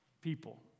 people